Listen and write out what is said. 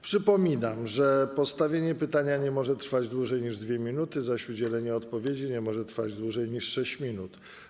Przypominam, że postawienie pytania nie może trwać dłużej niż 2 minuty, zaś udzielenie odpowiedzi nie może trwać dłużej niż 6 minut.